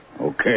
Okay